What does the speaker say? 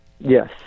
Yes